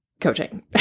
coaching